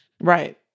right